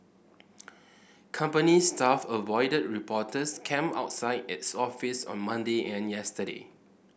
company staff avoided reporters camped outside its office on Monday and yesterday